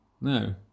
no